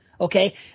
okay